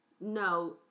No